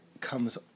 comes